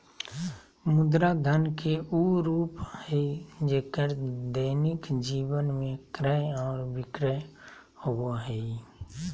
मुद्रा धन के उ रूप हइ जेक्कर दैनिक जीवन में क्रय और विक्रय होबो हइ